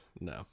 No